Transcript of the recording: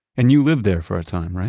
and you lived there for a time, right?